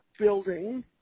building